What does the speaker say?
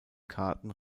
karten